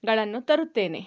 ಗಳನ್ನು ತರುತ್ತೇನೆ